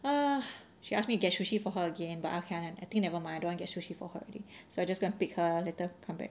uh she ask me to get sushi for her again but okay lah and I think nevermind don't want to get sushi for her already so I just can't pick her later come back